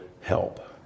help